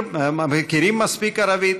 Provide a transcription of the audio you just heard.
מכירים מספיק ערבית?